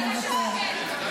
מוותר.